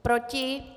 Proti?